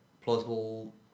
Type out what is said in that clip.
Plausible